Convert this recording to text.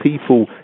people